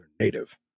Native